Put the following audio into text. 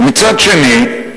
ומצד שני,